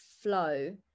flow